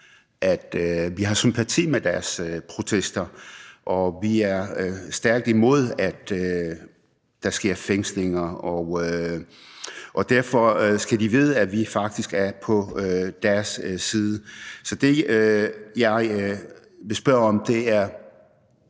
at vi har sympati med deres protester, og at vi er stærkt imod, at der sker fængslinger. Og derfor skal de vide, at vi faktisk er på deres side. Så det, jeg vil spørge om, er: